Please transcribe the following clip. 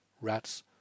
rats